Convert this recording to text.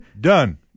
Done